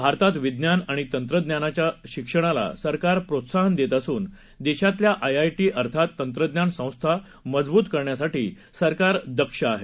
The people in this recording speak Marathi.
भारतात विज्ञान आणि तंत्रज्ञानाच्या शिक्षणाला सरकार प्रोत्साहन देत असून देशातल्या आयआयटी अर्थात तंत्रज्ञान संस्था मजबूत करण्यासाठी सरकार दक्ष आहे